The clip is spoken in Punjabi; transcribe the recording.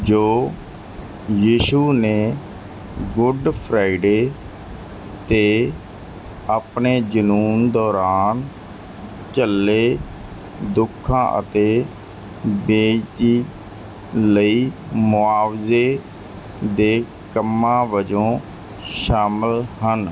ਜੋ ਯਿਸ਼ੂ ਨੇ ਗੁੱਡ ਫ੍ਰਾਈਡੇ 'ਤੇ ਆਪਣੇ ਜਨੂੰਨ ਦੌਰਾਨ ਝੱਲੇ ਦੁੱਖਾਂ ਅਤੇ ਬੇਇਜ਼ਤੀ ਲਈ ਮੁਆਵਜ਼ੇ ਦੇ ਕੰਮਾਂ ਵਜੋਂ ਸ਼ਾਮਲ ਹਨ